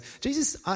Jesus